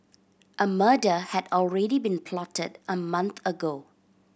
a murder had already been plotted a month ago